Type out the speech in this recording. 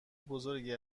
بزرگی